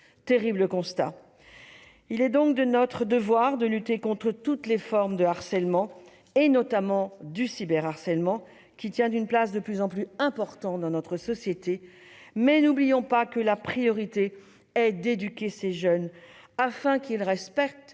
Terrible constat ! Il est de notre devoir de lutter contre toutes les formes de harcèlement, et notamment le cyberharcèlement, qui prend une place de plus en plus importante dans notre société. Mais n'oublions pas que la priorité est d'éduquer ces jeunes afin qu'ils respectent